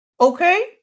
Okay